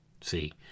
see